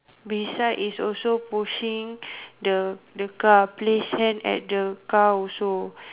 beside is also pushing the the car place hand at the car also